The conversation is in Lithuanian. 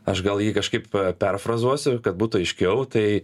aš gal jį kažkaip perfrazuosiu kad būtų aiškiau tai